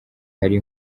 hari